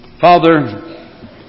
Father